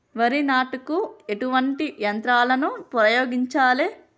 వరి నాటుకు ఎటువంటి యంత్రాలను ఉపయోగించాలే?